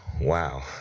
wow